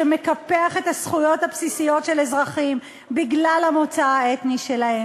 שמקפח את הזכויות הבסיסיות של אזרחים בגלל המוצא האתני שלהם,